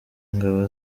ingabo